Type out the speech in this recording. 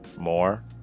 more